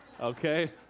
Okay